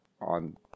on